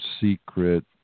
secret